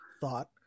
thought